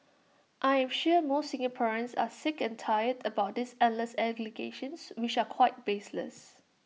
I am sure most Singaporeans are sick and tired about these endless allegations which are quite baseless